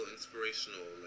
Inspirational